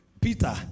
Peter